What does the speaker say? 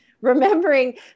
remembering